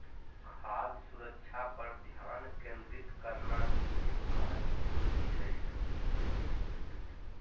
खाद्य सुरक्षा पर ध्यान केंद्रित करना भी एक महत्वपूर्ण विषय हय